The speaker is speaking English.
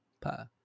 pa